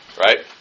right